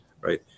right